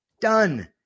done